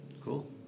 Cool